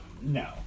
No